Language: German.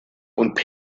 und